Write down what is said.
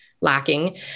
lacking